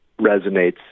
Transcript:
resonates